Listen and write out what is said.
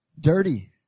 Dirty